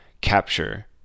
capture